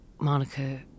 monica